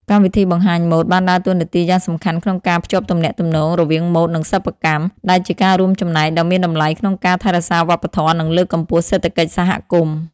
កម្មវិធីបង្ហាញម៉ូដបានដើរតួនាទីយ៉ាងសំខាន់ក្នុងការភ្ជាប់ទំនាក់ទំនងរវាងម៉ូដ និងសិប្បកម្ម ដែលជាការរួមចំណែកដ៏មានតម្លៃក្នុងការថែរក្សាវប្បធម៌ និងលើកកម្ពស់សេដ្ឋកិច្ចសហគមន៍។